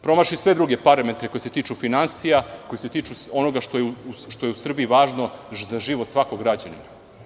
Promaši sve druge parametre koji se tiču finansija, koji se tiču onoga što je u Srbiji važno za život svakog građanina.